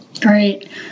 Great